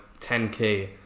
10k